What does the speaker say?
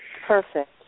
Perfect